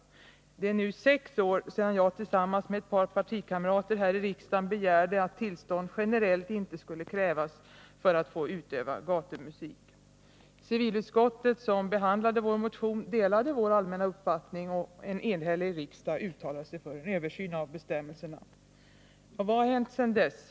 Det är nu sex år sedan som jag tillsammans med ett par partikamrater här i riksdagen begärde att tillstånd inte generellt skall krävas för utövande av gatumusik. Civilutskottet, som behandlade vår motion, delade vår allmänna uppfattning, och en enhällig riksdag uttalade sig för en översyn av bestämmelserna. Vad har hänt sedan dess?